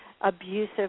abusive